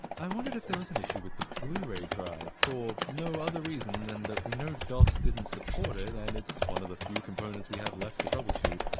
i wondered if there was an issue with the blu-ray drive, for no other reason than that we know dos didn't support it and it's one of the few components we have left to troubleshoot.